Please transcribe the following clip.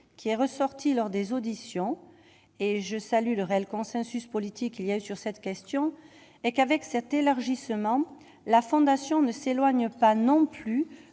qui est ressorti lors des auditions et je salue le réel consensus politique il y a sur cette question et qu'avec cet élargissement, la fondation ne s'éloigne pas non plus